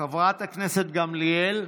חברת הכנסת גמליאל,